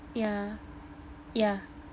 yea yeah